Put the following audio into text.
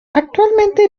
actualmente